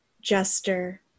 jester